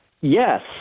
Yes